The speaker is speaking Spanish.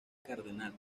cardenal